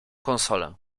konsolę